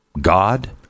God